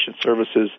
services